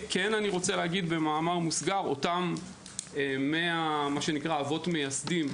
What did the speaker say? במאמר מוסגר אותם 100 אבות מייסדים,